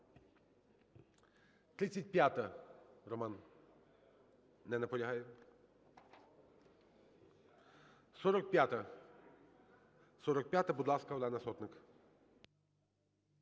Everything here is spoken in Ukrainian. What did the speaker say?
35-а. Роман? Не наполягає. 45-а? 45, будь ласка, Олена Сотник.